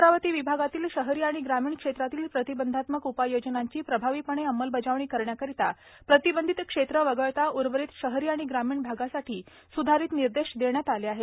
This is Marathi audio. अमरावती विभागातील शहरी आणि ग्रामीण क्षेत्रातील प्रतिबंधात्मक उपाययोजनांची प्रभावीपणे अंमलबजावणी करण्याकरिता प्रतिबंधित क्षेत्र वगळता उर्वरित शहरी आणि ग्रामीण भागासाठी स्धारित निर्देश देण्यात आले आहेत